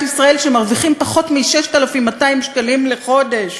ישראל שמרוויחים פחות מ-6,200 שקלים לחודש.